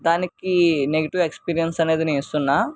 దానికి negative experience అనేది నేను ఇస్తున్నా